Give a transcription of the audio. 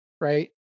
right